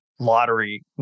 lottery